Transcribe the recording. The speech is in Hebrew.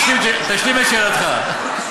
תשלים את שאלתך.